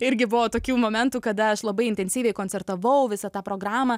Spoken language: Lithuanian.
irgi buvo tokių momentų kada aš labai intensyviai koncertavau visą tą programą